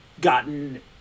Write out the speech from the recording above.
gotten